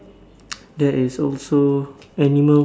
there is also animals